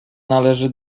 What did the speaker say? należy